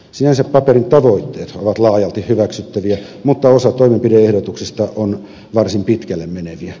sinänsä paperin tavoitteet ovat laajalti hyväksyttäviä mutta osa toimenpide ehdotuksista on varsin pitkälle meneviä